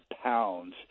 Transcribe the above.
pounds